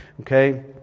Okay